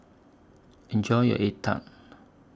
Enjoy your Egg Tart